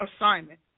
assignment